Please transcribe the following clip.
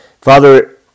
Father